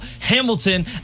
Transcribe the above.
Hamilton